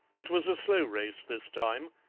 it was a slow race this time,